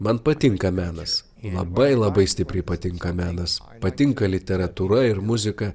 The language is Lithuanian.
man patinka menas labai labai stipriai patinka menas patinka literatūra ir muzika